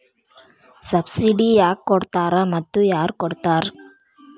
Subsidy ಯಾಕೆ ಕೊಡ್ತಾರ ಮತ್ತು ಯಾರ್ ಕೊಡ್ತಾರ್?